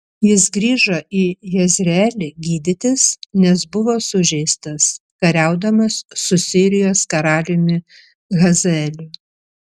jis grįžo į jezreelį gydytis nes buvo sužeistas kariaudamas su sirijos karaliumi hazaeliu